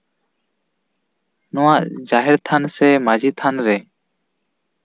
ᱱᱚᱣᱟ ᱡᱟᱦᱮᱨ ᱛᱷᱟᱱ ᱥᱮ ᱢᱟᱹᱡᱷᱤ ᱛᱷᱟᱱ ᱨᱮ